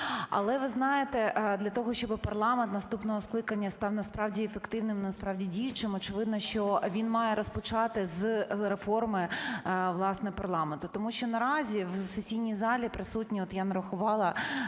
Але ви знаєте, для того, щоби парламент наступного скликання став насправді ефективним, насправді діючим, очевидно, що він має розпочати з реформи, власне, парламенту. Тому що наразі в сесійній залі присутні, от я нарахувала,